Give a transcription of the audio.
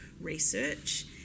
research